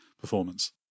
performance